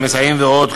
המסייעים ועוד.